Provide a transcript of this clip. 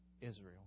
Israel